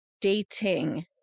dating